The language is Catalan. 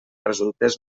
resultés